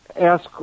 ask